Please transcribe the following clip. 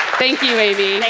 thank you, amy.